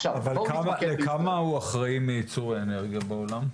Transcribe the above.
לכמה הוא אחראי מייצור האנרגיות בעולם?